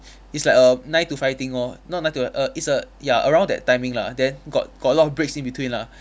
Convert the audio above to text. it's like a nine to five thing lor not nine to five err it's a ya around that timing lah then got got a lot of breaks in between lah